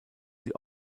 sie